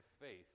faith